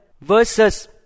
verses